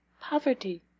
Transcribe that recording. Poverty